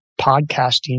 podcasting